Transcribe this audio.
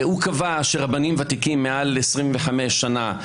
הוא קבע שרבנים ותיקים מעל 25 שנה,